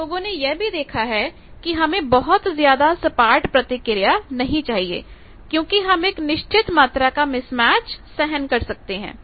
अब लोगों ने यह भी देखा है कि हमें बहुत ज्यादा सपाट प्रतिक्रिया नहीं चाहिए क्योंकि हम एक निश्चित मात्रा का मिसमैच सहन कर सकते हैं